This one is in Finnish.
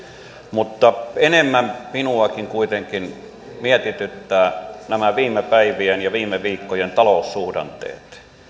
mutta enemmän minuakin kuitenkin mietityttävät nämä viime päivien ja viime viikkojen taloussuhdanteet